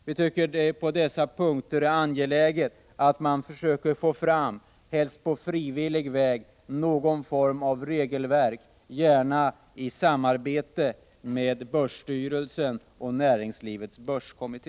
Vi tycker att det på dessa punkter är angeläget att man försöker få fram — helst på frivillig väg — någon form av regelverk, gärna i samarbete med börsstyrelsen och Näringslivets börskommitté.